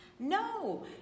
No